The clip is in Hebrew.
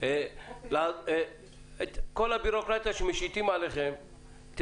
שאת כל הבירוקרטיה שמשיתים עליכם,